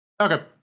Okay